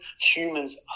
Humans